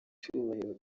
cyubahiro